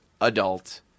adult